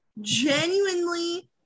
genuinely